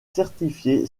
certifié